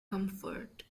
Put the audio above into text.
comfort